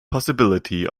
possibility